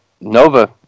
Nova